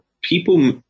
people